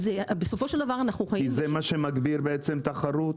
כי זה מה שמגביר בעצם תחרות.